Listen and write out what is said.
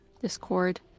Discord